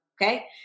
okay